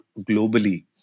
globally